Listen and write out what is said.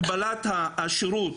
הגבלת השרות,